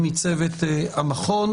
מנהלת הדיגיטל במכון.